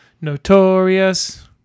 notorious